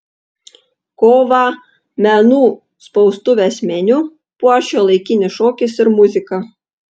kovą menų spaustuvės meniu puoš šiuolaikinis šokis ir muzika